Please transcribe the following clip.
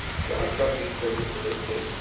yeah like trust these traitors to their state?